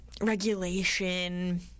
regulation